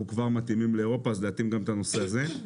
כבר מתאימים לאירופה אז להתאים גם את הנושא הזה.